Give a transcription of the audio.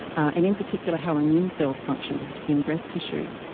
and in particular how immune cells function in breast tissue.